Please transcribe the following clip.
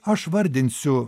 aš vardinsiu